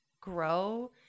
grow